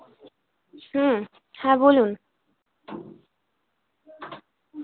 হুম হ্যাঁ বলুন